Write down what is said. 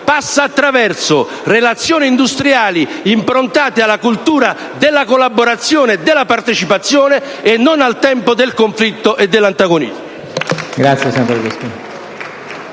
passa attraverso relazioni industriali improntate alla cultura della collaborazione e della partecipazione e non al tempo del conflitto e dell'antagonismo.